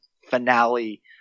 finale